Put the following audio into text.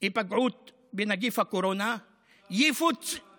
היפגעות מנגיף הקורונה יפוצו.